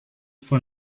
for